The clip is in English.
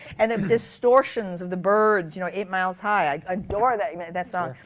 and um distortions of the byrds, you know eight miles high, i adore that you know that song.